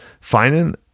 finding